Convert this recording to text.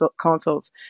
consoles